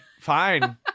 fine